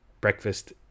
breakfast